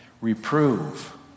reprove